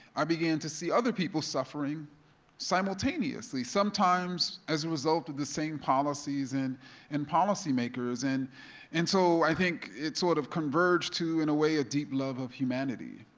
i began to see other people suffering simultaneously. sometimes as a result of the same policies and and policymakers, and so i think it sort of converged to, in a way, a deep love of humanity.